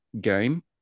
game